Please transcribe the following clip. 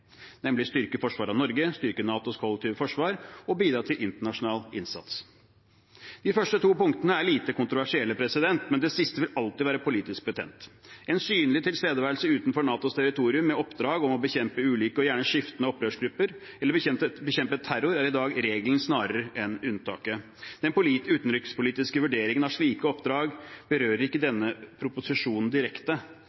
nemlig å styrke forsvaret av Norge, styrke NATOs kollektive forsvar og bidra til internasjonal innsats. De første to punktene er lite kontroversielle, men det siste vil alltid være politisk betent. En synlig tilstedeværelse utenfor NATOs territorium med oppdrag å bekjempe ulike og gjerne skiftende opprørsgrupper, eller bekjempe terror, er i dag regelen snarere enn unntaket. Den utenrikspolitiske vurderingen av slike oppdrag berører ikke